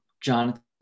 Jonathan